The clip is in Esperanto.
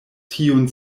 tiun